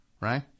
right